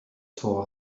for